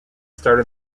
started